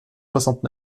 soixante